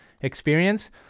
experience